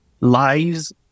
lies